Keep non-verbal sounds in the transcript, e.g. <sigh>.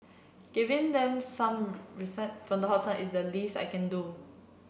giving them some <unintelligible> from the hot sun is the least I can do